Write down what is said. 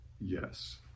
yes